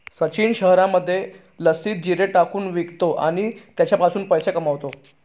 सचिन शहरामध्ये लस्सीत जिरे टाकून विकतो आणि त्याच्यापासून पैसे कमावतो